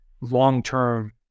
long-term